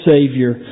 Savior